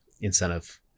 incentive